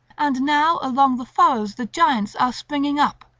and now along the furrows the giants are springing up,